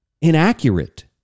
inaccurate